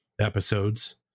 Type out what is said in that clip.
episodes